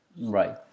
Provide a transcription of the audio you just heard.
Right